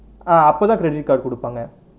ah அப்போதான்:appothaan credit card கொடுபாங்க:kodupaanga